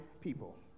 people